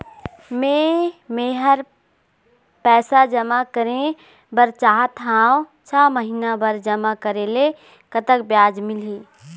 मे मेहर पैसा जमा करें बर चाहत हाव, छह महिना बर जमा करे ले कतक ब्याज मिलही?